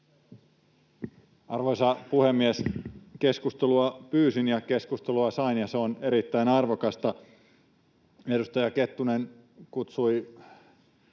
Arvoisa puhemies! Keskustelua pyysin ja keskustelua sain, ja se on erittäin arvokasta. Edustaja Kettunen kutsui